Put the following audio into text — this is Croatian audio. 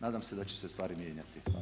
Nadam se da će se stvari mijenjati.